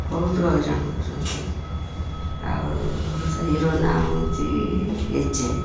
ବହୁତ ହଇରାଣ କରନ୍ତି ଆଉ ହିରୋ ନାଁ ହେଉଛି ଏଜେ